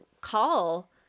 call